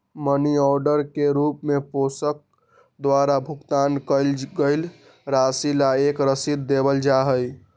money order के रूप में प्रेषक द्वारा भुगतान कइल गईल राशि ला एक रसीद देवल जा हई